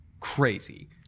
crazy